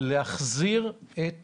להחזיר את